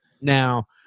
Now